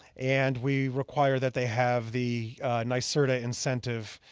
and we require that they have the nyserta incentive